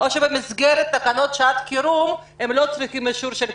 או במסגרת תקנות שעת חירום הם לא צריכים אישור של הכנסת.